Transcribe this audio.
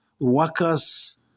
workers